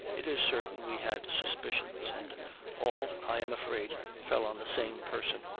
it is certain we had suspicions, and all, i am afraid, fell on the same person.